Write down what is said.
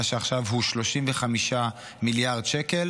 מה שעכשיו הוא 35 מיליארד שקל,